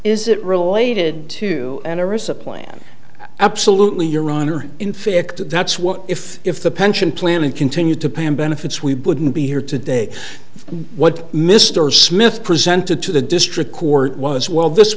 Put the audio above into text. is it related to supplant absolutely your honor in fear that's what if if the pension planning continued to pay and benefits we wouldn't be here today what mr smith presented to the district court was well this